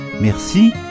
Merci